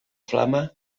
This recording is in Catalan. flama